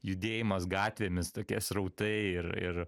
judėjimas gatvėmis tokie srautai ir ir